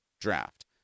draft